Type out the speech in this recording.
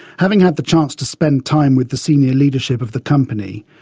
having had the chance to spend time with the senior leadership of the company,